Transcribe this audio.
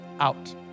Out